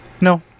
No